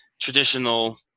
traditional